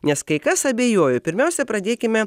nes kai kas abejoja pirmiausia pradėkime